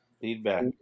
Feedback